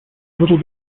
little